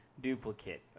duplicate